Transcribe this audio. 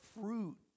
fruit